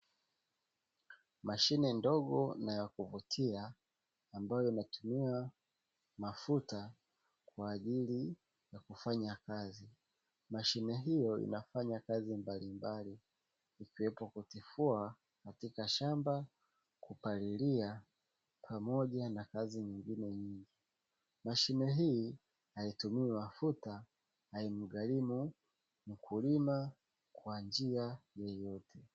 Mashine ndogo na ya kuvutia ambayo inatumia mafuta kwa ajili ya kufanya kazi, mashine hiyo inafanya kazi mbalimbali ikiwemo kutifua katika shamba, kupalilia pamoja na kazi nyingine nyingi. Mashine hii haitumii mafuta, haimgharimu mkulima kwa njia yeyote.